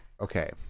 Okay